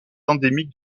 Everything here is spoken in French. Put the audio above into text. endémique